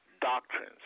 Doctrines